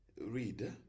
read